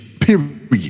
period